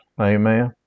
Amen